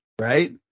right